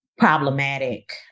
problematic